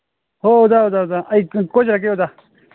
ꯍꯣ ꯑꯣꯖꯥ ꯑꯣꯖꯥ ꯑꯣꯖꯥ ꯑꯩ ꯀꯣꯏꯖꯔꯛꯀꯦ ꯑꯣꯖꯥ